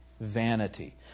vanity